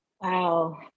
Wow